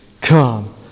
Come